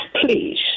please